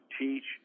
teach